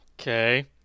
Okay